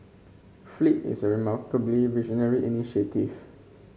flip is a remarkably visionary initiative